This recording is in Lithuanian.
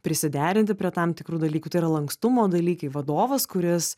prisiderinti prie tam tikrų dalykų tai yra lankstumo dalykai vadovas kuris